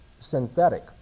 synthetic